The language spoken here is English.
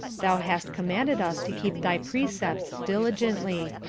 thou hast commanded us to keep thy precepts diligently.